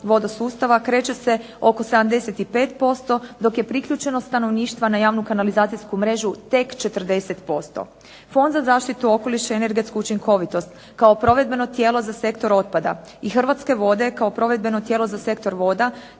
vodo sustava kreće se oko 75% dok je priključenost stanovništva na javnu kanalizacijsku mrežu tek 40%. Fond za zaštitu okoliša i energetsku učinkovitost kao provedbeno tijelo za sektor otpada i Hrvatske vode kao provedbeno tijelo za sektor voda,